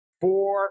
Four